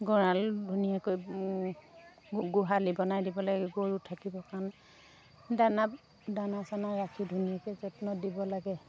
গঁৰাল ধুনীয়াকৈ গোহালি বনাই দিব লাগে গৰু থাকিব কাৰণ দানা দানা চানা ৰাখি ধুনীয়াকৈ যত্ন দিব লাগে